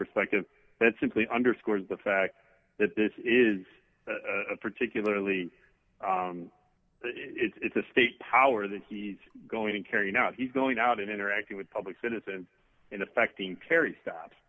perspective that simply underscores the fact that this is a particularly it's a state power that he's going in carrying out he's going out and interacting with public citizen in affecting carry stuff